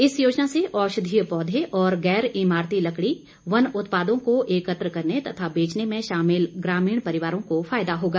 इस योजना से औषधीय पौधे और गैर ईमारती लकड़ी वन उत्पादों को एकत्र करने तथा बेचने में शामिल ग्रामीण परिवारों को फायदा होगा